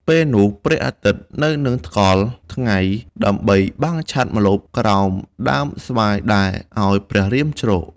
ពេលនោះព្រះអាទិត្យនៅនឹងថ្កល់ថ្ងៃ ដើម្បីបាំងឆ័ត្រម្លប់ក្រោមដើមស្វាយដែលឱ្យព្រះរាមជ្រក។